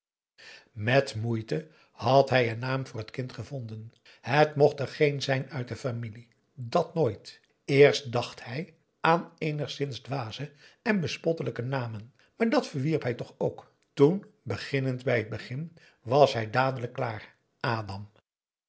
met moeite had hij een naam voor t kind gevonden het mocht er geen zijn uit de familie dàt nooit eerst dacht hij aan eenigszins dwaze en bespottelijke namen maar dat verwierp hij toch ook toen beginnend bij het begin was hij dadelijk klaar adam